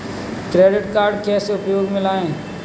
Credit card कैसे उपयोग में लाएँ?